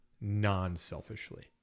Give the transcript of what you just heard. non-selfishly